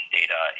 data